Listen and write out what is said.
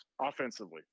offensively